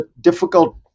difficult